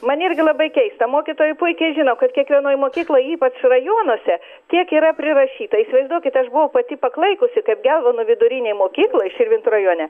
man irgi labai keista mokytojai puikiai žino kad kiekvienoj mokykloj ypač rajonuose kiek yra prirašyta įsivaizduokit aš buvau pati paklaikusi kaip gelvonų vidurinėj mokykloj širvintų rajone